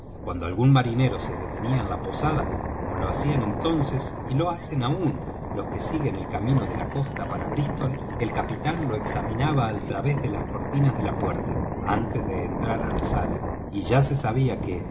cuando algún marinero se detenía en la posada como lo hacían entonces y lo hacen aún los que siguen el camino de la costa para brístol el capitán lo examinaba al través de las cortinas de la puerta antes de entrar á la sala y ya se sabía que